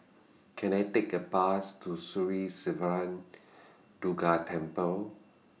Can I Take A Bus to Sri Siva Durga Temple